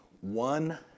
one